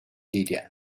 地点